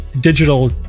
digital